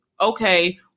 okay